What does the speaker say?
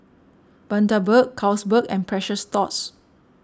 Bundaberg Carlsberg and Precious Thots